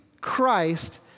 Christ